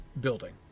building